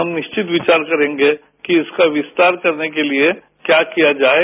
हम निश्चित विचार करेंगे कि इसका विस्तार करने के लिये क्या किया जाये